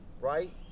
right